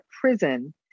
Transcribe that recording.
prison